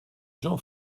jean